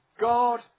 God